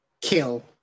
kill